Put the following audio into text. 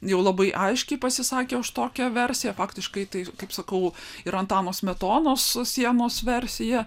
jau labai aiškiai pasisakė už tokią versiją faktiškai tai kaip sakau yra antano smetonos sienos versija